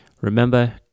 Remember